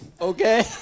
Okay